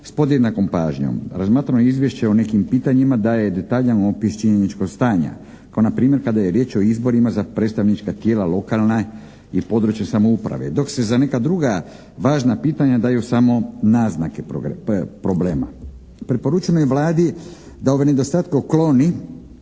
s podjednakom pažnjom. Razmatrano izvješće o nekim pitanjima daje detaljan opis činjeničnog stanja kao npr. kada je riječ o izborima za predstavnička tijela lokalne i područne samouprave. Dok se za neka druga važna pitanja daju samo naznake problema. Preporučeno je Vladi da ove nedostatke ukloni